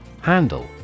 Handle